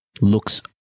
Looks